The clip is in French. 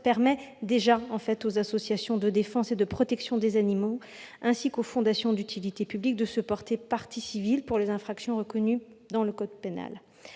et déjà aux associations de défense et de protection des animaux ainsi qu'aux fondations d'utilité publique de se porter partie civile pour les infractions reconnues dans le code pénal.